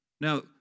Now